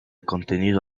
contenido